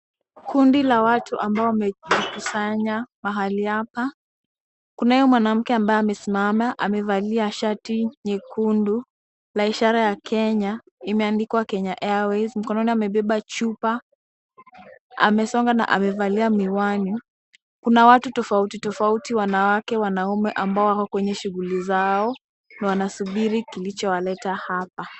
Kundi la watu ambao wamejikusanya mahali hapa. Kunayo mwanamke ambaye amesimama, amevalia shati nyekundu na ishara ya Kenya, imeandikwa Kenya Airways. Mkononi amebeba chupa. Amesonga na amevalia miwani. Kuna watu tofauti tofauti, wanawake, wanaume ambao wako kwenye shughuli zao na wanasubiri kilichowaleta hapa.